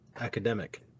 academic